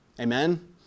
Amen